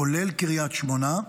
כולל קריית שמונה,